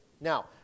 Now